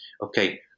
okay